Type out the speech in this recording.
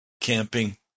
camping